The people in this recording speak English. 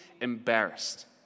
embarrassed